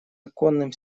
оконным